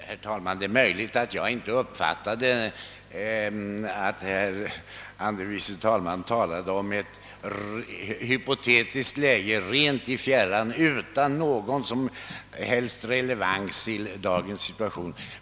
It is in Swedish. Herr talman! Det är möjligt att herr andre vice talmannen talade om ett hypotetiskt läge i fjärran utan någon relevans i dagens situation fastän jag inte uppfattade det.